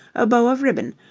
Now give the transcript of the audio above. a bow of ribbon,